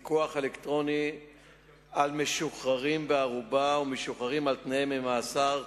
40) (פיקוח אלקטרוני על משוחררים בערובה ומשוחררים על-תנאי ממאסר),